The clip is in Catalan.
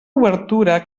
obertura